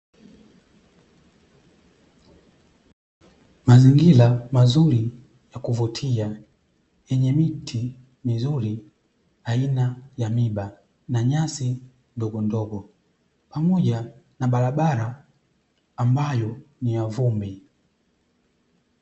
Mazingira mazuri ya kuvutia, yenye miti mizuri aina ya miiba na nyasi ndogondogo, pamoja na barabara ambayo ni ya vumbi.